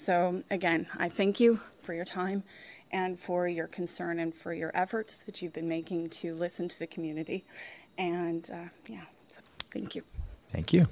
so again i thank you for your time and for your concern and for your efforts that you've been making to listen to the community and yeah thank you thank